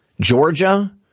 Georgia